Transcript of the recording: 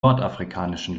nordafrikanischen